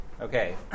Okay